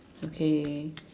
okay